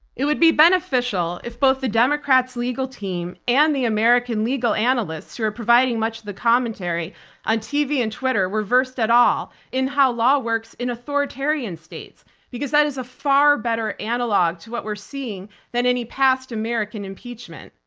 it would be beneficial if both the democrats legal team and the american legal analysts who are providing much of the commentary on ah tv and twitter were versed at all in how law works in authoritarian states because that is a far better analog to what we're seeing than any past american impeachment.